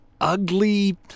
ugly